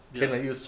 ya